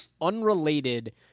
unrelated